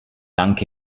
anche